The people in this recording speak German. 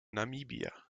namibia